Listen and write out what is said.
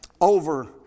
over